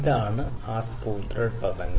ഇതാണ് screw thread പദങ്ങൾ